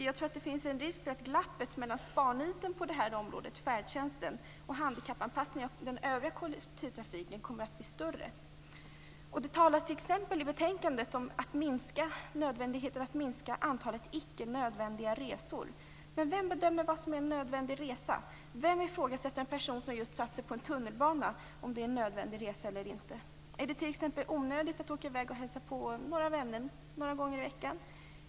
Jag tror att det finns en risk för att glappet mellan sparniten på färdtjänstens område och handikappanpassningen av den övriga kollektivtrafiken kommer att bli större. Det talas t.ex. i betänkandet om nödvändigheten av att minska antalet "icke nödvändiga resor". Men vem bedömer vad som är en nödvändig resa? Vem ifrågasätter att en person som just satt sig på ett tunnelbanetåg skall genomföra en nödvändig resa? Är det t.ex. onödigt att åka i väg och hälsa på vänner några gånger i veckan?